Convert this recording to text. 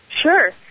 Sure